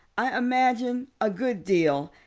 i imagine a good deal,